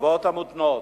ההלוואות המותנות,